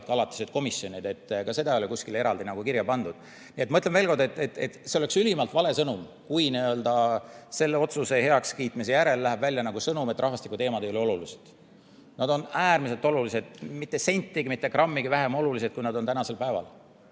alatised komisjonid. Ka seda ei ole kuskile eraldi kirja pandud. Nii et ma ütlen veel kord, et oleks ülimalt vale, kui selle otsuse heakskiitmise järel läheks välja sõnum, et rahvastikuteemad ei ole olulised. Need on äärmiselt olulised – mitte sentigi, mitte grammigi vähem olulised, kui nad on seni olnud.